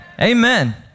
Amen